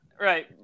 Right